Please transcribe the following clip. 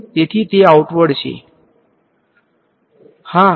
is a normal so it is a outward